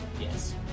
Yes